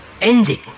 Ending